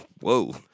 Whoa